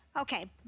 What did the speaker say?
Okay